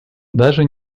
даже